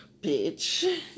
Bitch